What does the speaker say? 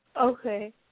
Okay